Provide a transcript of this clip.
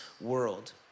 world